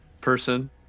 person